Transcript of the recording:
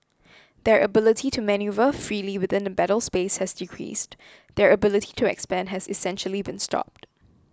their ability to manoeuvre freely within the battle space has decreased their ability to expand has essentially been stopped